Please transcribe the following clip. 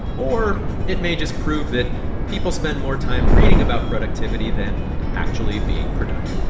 or it may just prove that people spend more time reading about productivity than actually being productive